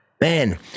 man